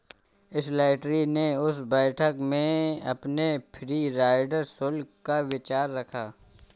Slattery ने उस बैठक में अपने फ्री राइडर शुल्क का विचार रखा